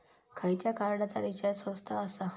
खयच्या कार्डचा रिचार्ज स्वस्त आसा?